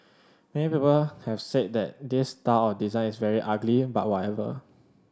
many people have said that this style of design is very ugly but whatever